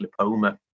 lipoma